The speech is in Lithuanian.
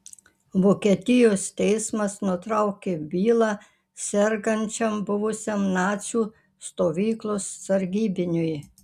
vokietijos teismas nutraukė bylą sergančiam buvusiam nacių stovyklos sargybiniui